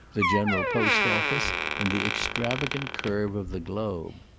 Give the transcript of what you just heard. the general post-office and the extravagant curve of the globe.